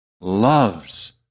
loves